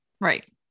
Right